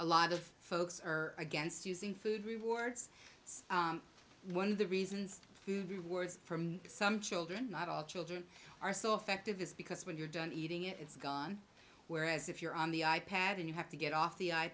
a lot of folks are against using food rewards one of the reasons words from some children not all children are so effective is because when you're done eating it it's gone whereas if you're on the i pad and you have to get off the